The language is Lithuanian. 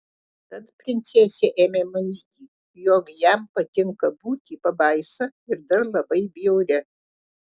tad princesė ėmė manyti jog jam patinka būti pabaisa ir dar labai bjauria